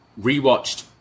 rewatched